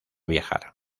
viajar